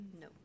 No